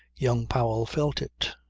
young powell felt it.